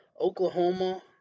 Oklahoma